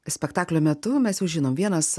spektaklio metu mes jau žinom vienas